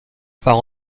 part